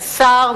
השר,